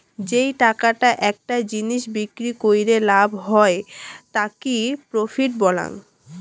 যেই টাকাটা একটা জিনিস বিক্রি কইরে লাভ হই তাকি প্রফিট বলাঙ্গ